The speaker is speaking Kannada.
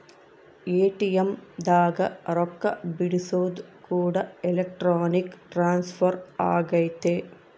ಎ.ಟಿ.ಎಮ್ ದಾಗ ರೊಕ್ಕ ಬಿಡ್ಸೊದು ಕೂಡ ಎಲೆಕ್ಟ್ರಾನಿಕ್ ಟ್ರಾನ್ಸ್ಫರ್ ಅಗೈತೆ